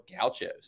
Gauchos